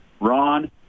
Ron